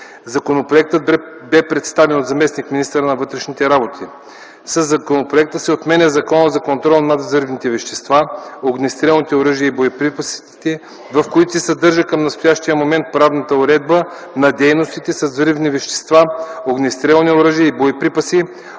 Законопроектът бе представен от заместник-министъра на вътрешните работи. Със законопроекта се отменя Законът за контрол над взривните вещества, огнестрелните оръжия и боеприпасите, в който се съдържа към настоящия момент правната уредба на дейностите с взривни вещества, огнестрелни оръжия и боеприпаси,